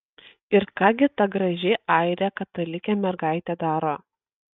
ir ką gi ta graži airė katalikė mergaitė daro